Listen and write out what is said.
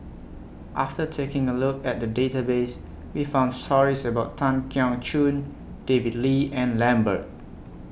after taking A Look At The Database We found stories about Tan Keong Choon David Lee and Lambert